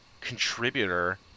contributor